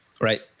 Right